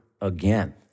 again